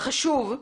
החשוב,